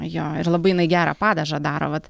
jo ir labai jinai gerą padažą daro vat